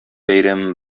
бәйрәме